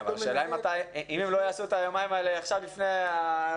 אם הם לא יעשו את היומיים האלה עכשיו לפני אוקטובר,